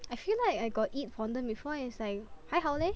I feel like I got eat fondant before and it's like 还好 leh